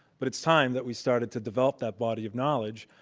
but it's time that we started to develop that body of knowledge,